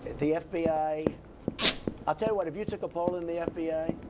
the fbi. i'll tell you what if you took a poll in the fbi,